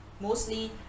mostly